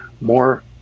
more